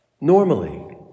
normally